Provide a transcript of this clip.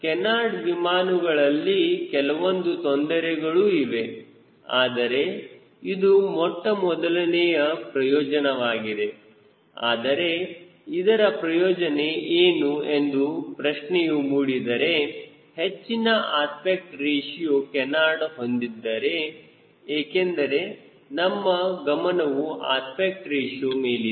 ಕೇನಾರ್ಡ್ವಿಮಾನಗಳಲ್ಲಿ ಕೆಲವೊಂದು ತೊಂದರೆಗಳು ಇವೆ ಆದರೆ ಇದು ಮೊಟ್ಟಮೊದಲನೆಯ ಪ್ರಯೋಜನವಾಗಿದೆ ಆದರೆ ಇದರ ಪ್ರಯೋಜನ ಏನು ಎಂದು ಪ್ರಶ್ನೆಯೂ ಮೂಡಿದರೆ ಹೆಚ್ಚಿನ ಅಸ್ಪೆಕ್ಟ್ ರೇಶಿಯೋ ಕೇನಾರ್ಡ್ ಹೊಂದಿದ್ದರೆ ಏಕೆಂದರೆ ನಮ್ಮ ಗಮನವು ಅಸ್ಪೆಕ್ಟ್ ರೇಶಿಯೋ ಮೇಲಿದೆ